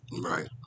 Right